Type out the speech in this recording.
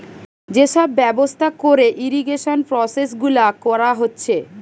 যে সব ব্যবস্থা কোরে ইরিগেশন প্রসেস গুলা কোরা হচ্ছে